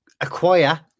acquire